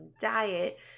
diet